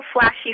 flashy